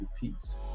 peace